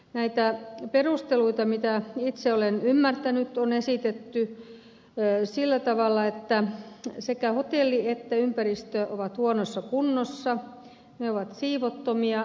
näinä perusteluina miten itse olen ymmärtänyt on esitetty sillä tavalla että sekä hotelli että ympäristö ovat huonossa kunnossa ne ovat siivottomia